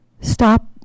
stop